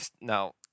now